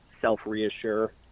self-reassure